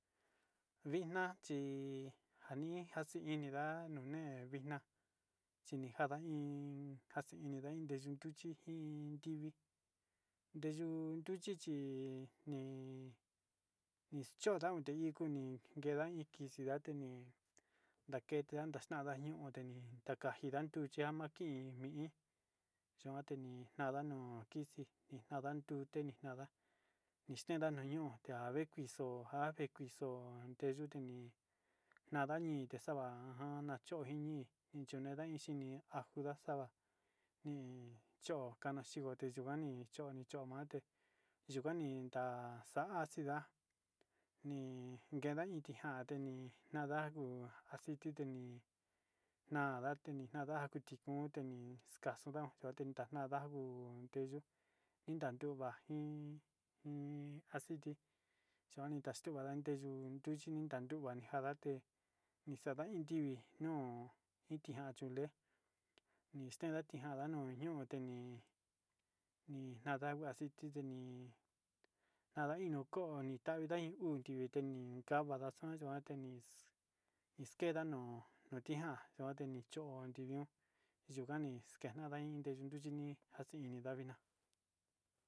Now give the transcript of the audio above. Vitna chí njani ndaxi ini nda'a nunetna chinjada iin njaxhini en ndaxiyuu nduu nduchi iin tivi ndeyu nruchi chi ni nixchondau nruteini nda iin kixi ndate iin ndaketa xandaña ñuu oteni takanjinda tuchian makini iin nueteni nada nuu kixii najan nduté teni nanda'a nixhenda nuu ñutea njavekuixo njave kuixo njatexe níí nadañite xava'a ajan na'a chó xhee níí nenda iin ché níí anjundaxa nii chó kandaxikote chunjani chunjani chó mate yunjani ta'a xa'a xinda nii kenda inti njanteni na'a ndanguu aciti tinii na'a ndateni ndanga kute konde níí exkaxeo tikonde na'a nadanguu ndeyú indandua iin iin aciti chandax tudavax teyuu nduun nduchi xanduu kuani njan ndate xanda iin nrivi nuu itinjan chunde nixtenjan ninjan ndanuu ñiote níí ní ndangua nuu aciti ndeni nada inio koni intavida uu tiventini ka'a vanda'a xoxhe nuaten nix nixkenda nó notinjan xunduate nicho ndenio yuu njani kendana iin nde yuu nde níí axini ndavina'a.